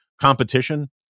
competition